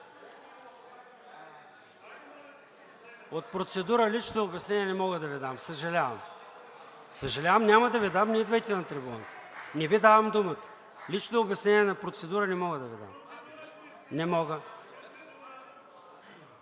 От процедура лично обяснение не мога да Ви дам, съжалявам. Съжалявам, няма да Ви дам, не идвайте на трибуната, не Ви давам думата. Лично обяснение на процедура не мога да Ви дам. АСЕН